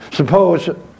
Suppose